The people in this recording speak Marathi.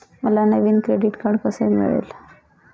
मला नवीन क्रेडिट कार्ड कसे मिळेल?